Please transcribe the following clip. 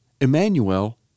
Emmanuel